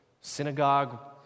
synagogue